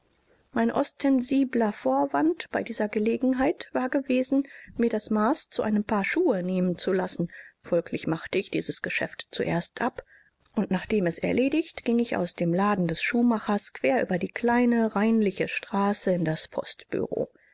mein ostensibler vorwand bei dieser gelegenheit war gewesen mir das maß zu einem paar schuhe nehmen zu lassen folglich machte ich dieses geschäft zuerst ab und nachdem es erledigt ging ich aus dem laden des schuhmachers quer über die kleine reinliche straße in das